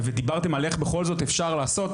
ודיברתם על איך בכל זאת אפשר לעשות?